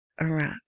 Iraq